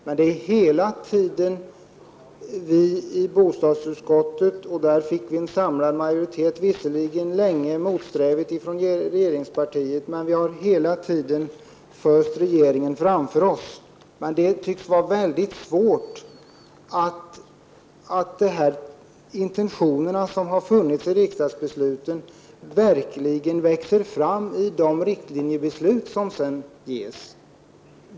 Men det är vi i bostadsutskottet— senast uppnådde vi där en bred majoritet, även om regeringspartiet länge var motsträvigt — som hela tiden har tvingats fösa regeringen framför oss. Men det tycks vara väldigt svårt att få intentionerna i riksdagsbesluten att växa fram i de riktlinjer som sedan utfärdas.